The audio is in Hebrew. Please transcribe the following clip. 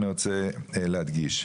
אני רוצה להדגיש.